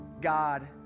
God